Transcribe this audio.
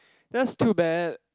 that's too bad